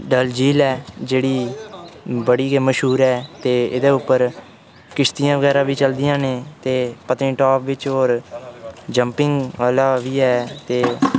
डलझील ऐ जेह्ड़ी बड़ी गै मश्हूर ऐ ते एह्दे उप्पर किश्तियां बगैरा बी चलदियां न ते पत्नीटाप बिच होर जम्पिंग आह्ला बी ऐ ते